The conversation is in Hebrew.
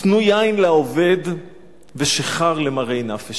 תנו יין לאובד ושיכר למרי נפש.